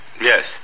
Yes